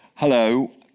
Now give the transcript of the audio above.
Hello